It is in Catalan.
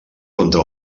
contra